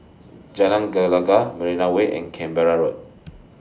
Jalan Gelegar Marina Way and Canberra Road